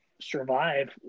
survive